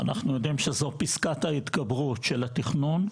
אנחנו יודעים שזו פסקת ההתגברות של התכנון,